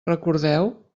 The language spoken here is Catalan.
recordeu